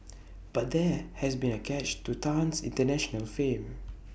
but there has been A catch to Tan's International fame